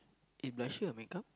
is blusher a make-up